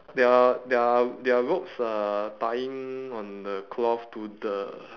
there are there are there are ropes uh tying on the cloth to the